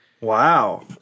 Wow